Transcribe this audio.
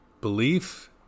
belief